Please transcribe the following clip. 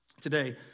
today